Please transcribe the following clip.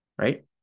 right